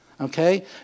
Okay